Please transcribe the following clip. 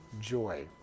joy